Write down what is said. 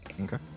Okay